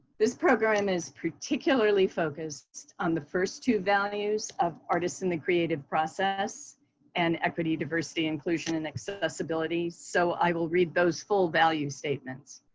this program is particularly focused on the first two values of artists and the creative process and equity, diversity, inclusion, and accessibility, so i will read those full value statements,